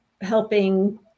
helping